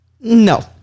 No